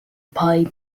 pay